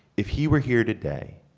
if he were here today,